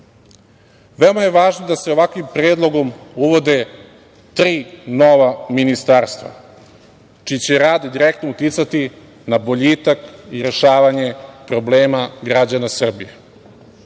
Veoma je važno da se ovakvim predlogom uvode tri nova ministarstva čiji će rad direktno uticati na boljitak i rešavanje problema građana Srbije